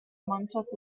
manchas